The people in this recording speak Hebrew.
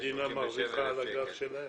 המדינה מרוויחה על הגב שלהם.